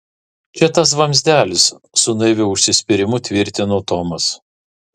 čia tas vamzdelis su naiviu užsispyrimu tvirtino tomas